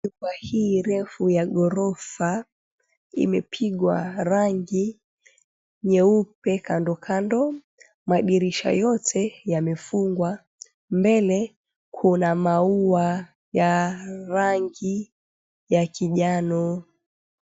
Nyumba hii refu ya ghorofa imepigwa rangi nyeupe kando kando. Madirisha yote yamefungwa mbele kuna maua ya rangi ya kijano.